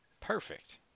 Perfect